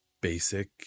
basic